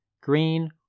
Green